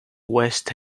west